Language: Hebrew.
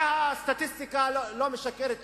הסטטיסטיקה לא משקרת.